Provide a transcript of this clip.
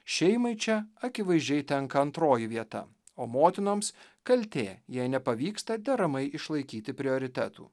šeimai čia akivaizdžiai tenka antroji vieta o motinoms kaltė jei nepavyksta deramai išlaikyti prioritetų